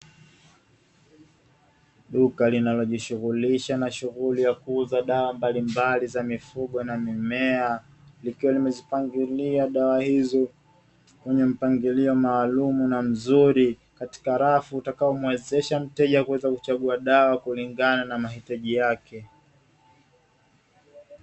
Duka linalojishughulisha na shughuli ya kuuza dawa mbalimbali za mifugo na mimea. Likiwa limezipangilia dawa hizo kwenye mpangilio maalumu na mzuri, katika rafu utakaomuwezesha mteja kuweza kuchagua dawa kulingana na mahitaji yake.